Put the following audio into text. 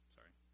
Sorry